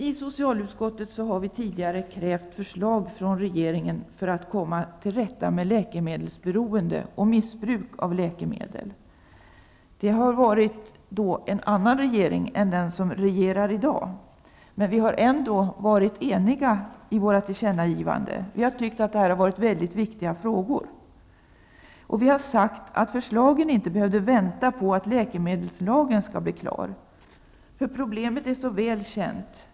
I socialutskottet har vi tidigare krävt förslag från regeringen för att man skall komma till rätta med läkemedelsberoende och missbruk av läkemedel. Vi hade då en annan regering än den som regerar i dag men vi har ändå i utskottet varit eniga om våra tillkännagivanden. Vi har ansett att detta är mycket viktiga frågor. Vi har sagt att förslag på detta område inte behöver vänta på att läkemedelslagen skall bli klar. Problemet är så väl känt.